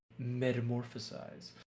metamorphosize